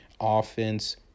offense